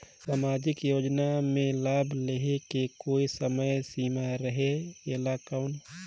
समाजिक योजना मे लाभ लहे के कोई समय सीमा रहे एला कौन?